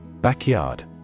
Backyard